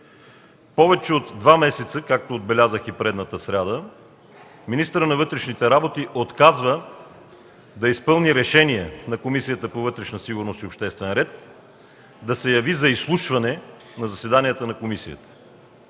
Повече от два месеца, както отбелязах и предната сряда, министърът на вътрешните работи отказва да изпълни решение на Комисията по вътрешна сигурност и обществен ред, да се яви за изслушване на заседанията на комисията.